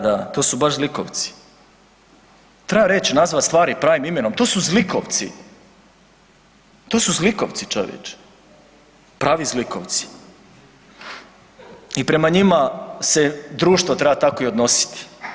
Da, da, to su baš zlikovci, treba reći i nazvati stvari pravim imenom, to su zlikovci, to su zlikovci čovječe, pravi zlikovci i prema njima se društvo tako treba i odnositi.